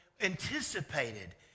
anticipated